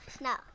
No